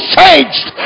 changed